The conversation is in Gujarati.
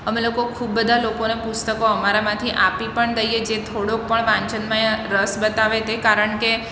અમે લોકો ખૂબ બધા લોકોને પુસ્તકો અમારામાંથી આપી પણ દઈએ જે થોડોક પણ વાંચનમાં રસ બતાવે તે કારણ કે